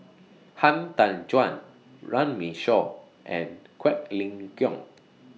Han Tan Juan Runme Shaw and Quek Ling Kiong